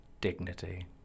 dignity